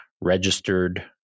registered